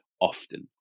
often